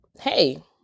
Hey